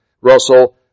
Russell